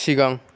सिगां